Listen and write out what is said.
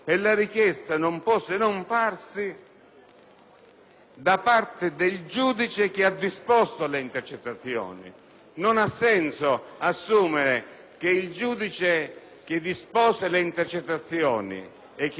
da parte del giudice che ha disposto le intercettazioni. Non ha senso assumere che il giudice che dispose le intercettazioni e che oggi fa la richiesta di autorizzazione